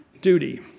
duty